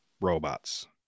robots